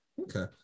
Okay